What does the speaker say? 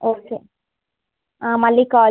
okay మళ్ళీ call